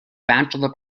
bachelor